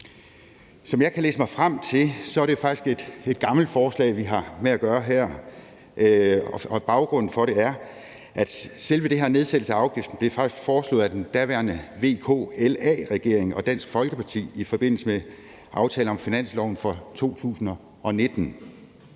Som jeg kan læse mig frem til, er det faktisk et gammelt forslag, vi har med at gøre her, og baggrunden for det er, at selve den her nedsættelse af afgiften faktisk blev foreslået af den daværende VKLA-regering og Dansk Folkeparti i forbindelse med aftale om finansloven for 2019,